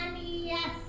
yes